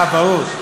אה, ברור.